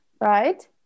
right